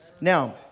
Now